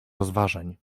rozważań